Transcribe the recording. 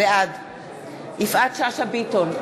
בעד יפעת שאשא ביטון,